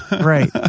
right